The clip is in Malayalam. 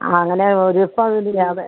ആ അങ്ങനെ ഒരുക്കം ഇല്ലാതെ